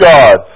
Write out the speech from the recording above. God